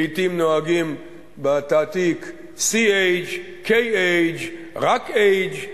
לעתים נוהגים בתעתיק ch, kh, רק h,